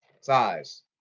Size